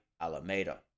Alameda